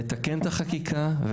לתקן את החקיקה,